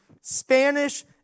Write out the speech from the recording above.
Spanish